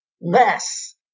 less